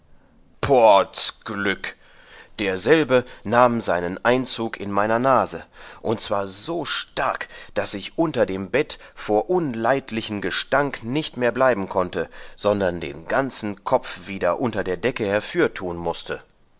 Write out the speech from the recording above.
potz glück derselbe nahm seinen einzug in meiner nase und zwar so stark daß ich unter dem bett vor unleidlichen gestank nicht mehr bleiben konnte sondern den ganzen kopf wieder unter der decke herfürtun mußte